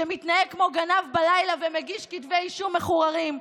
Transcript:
שמתנהג כמו גנב בלילה ומגיש כתבי אישום מחוררים?